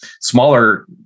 smaller